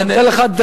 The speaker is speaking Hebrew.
נראה לך?